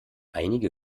einige